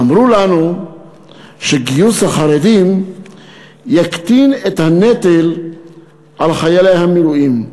אמרו לנו שגיוס החרדים יקטין את הנטל על חיילי המילואים.